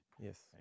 Yes